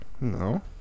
no